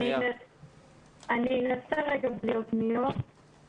בשום אופן לא נאפשר ולא נחנך כמקור של אלימות או הסתה.